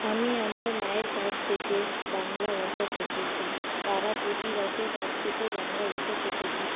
আমি আমার মায়ের কাছ থেকে বাংলা ভাষা শিখেছি পাড়া প্রতিবেশীর কাছ থেকেও বাংলা ভাষা শিখেছি